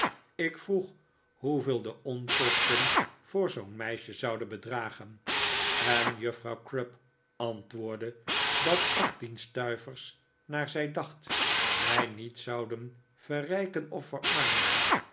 ik vroeg hoeveel de onkosten voor zoo'n meisje zouden bedragen en juffrouw crupp antwoordde dat achttien stuivers naar zij dacht mij niet zouden verrijken of verarmen